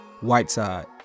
Whiteside